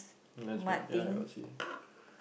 that's what ya I got see